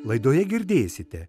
laidoje girdėsite